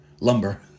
Lumber